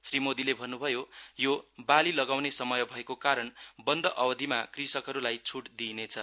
श्री मोदीले भन्न्भयो यो बाली लगाउने समय भएको कारण बन्द अवधिमा कृषकहरूलाई छ्ट दिइनेछ